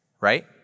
right